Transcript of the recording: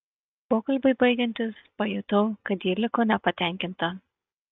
pokalbiui baigiantis pajutau kad ji liko nepatenkinta